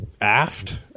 Aft